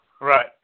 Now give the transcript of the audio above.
Right